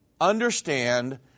understand